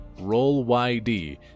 ROLLYD